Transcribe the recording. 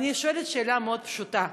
ואני שואלת שאלה מאוד פשוטה: